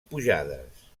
pujades